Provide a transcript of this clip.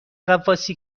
غواصی